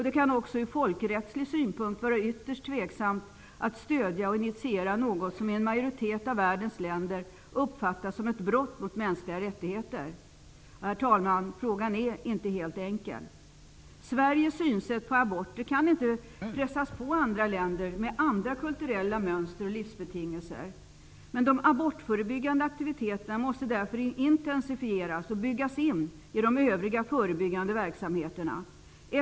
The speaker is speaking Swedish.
Det kan också ur folkrättslig synpunkt vara ytterst tveksamt om man skall stödja och initiera något som i en majoritet av världens länder uppfattas som ett brott mot mänskliga rättigheter. Herr talman! Frågan är inte helt enkel. Sveriges synsätt på aborter kan inte tvingas på andra länder med andra kulturella mönster och livsbetingelser. De abortförebyggande aktiviteterna måste därför intensifieras och byggas in i de övriga förebyggande verksamheterna.